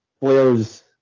players